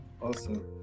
Awesome